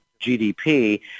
GDP